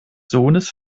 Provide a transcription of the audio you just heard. sohnes